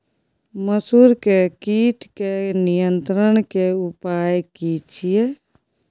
मसूर के कीट के नियंत्रण के उपाय की छिये?